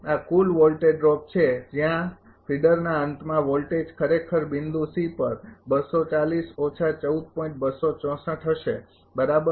આ કુલ voltage drop છે જે ત્યાં ફીડરના અંતમાં વોલ્ટેજ ખરેખર બિંદુ પર હશે બરાબર